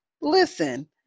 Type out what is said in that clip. listen